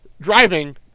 driving